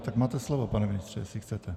Tak máte slovo, pane ministře, jestli chcete.